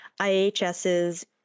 IHS's